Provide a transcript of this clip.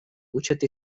учат